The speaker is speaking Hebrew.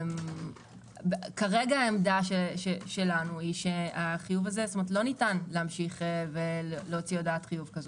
כרגע עמדתנו היא שלא ניתן להמשיך להוציא הודעת חיוב כזו.